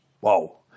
wow